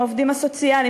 העובדים הסוציאליים,